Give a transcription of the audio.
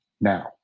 now